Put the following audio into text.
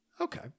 Okay